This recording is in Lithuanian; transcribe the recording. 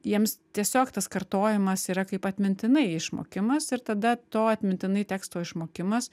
jiems tiesiog tas kartojimas yra kaip atmintinai išmokimas ir tada to atmintinai teksto išmokimas